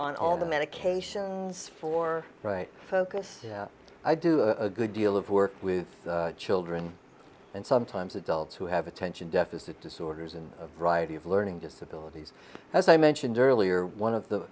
on all the medications for right focus i do a good deal of work with children and sometimes adults who have attention deficit disorders and variety of learning disabilities as i mentioned earlier one of the